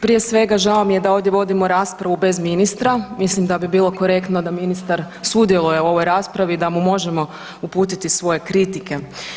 prije svega, žao mi je da ovdje vodimo raspravu bez ministra, mislim da bi bilo korektno da ministar sudjeluje u ovoj raspravi i da mu možemo uputiti svoje kritike.